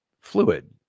fluid